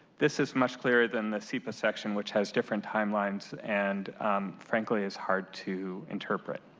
this is much clearer than the sepa section, which has different timelines, and frankly is hard to interpret.